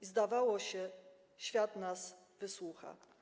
I zdawało się - świat nas wysłucha”